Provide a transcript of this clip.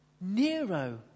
Nero